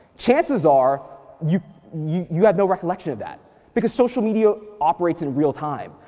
chances are you you have no recollection of that because social media operates in real time,